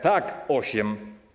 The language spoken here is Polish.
Tak, osiem.